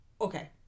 okay